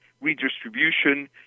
redistribution